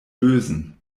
lösen